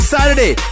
Saturday